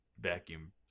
vacuum